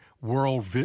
world